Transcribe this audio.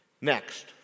Next